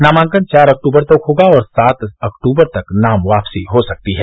नामांकन चार अक्टूबर तक होगा और सात अक्टूबर तक नाम वापसी हो सकती हैं